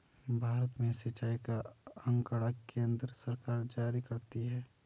भारत में सिंचाई का आँकड़ा केन्द्र सरकार जारी करती है